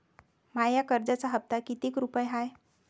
माया कर्जाचा हप्ता कितीक रुपये हाय?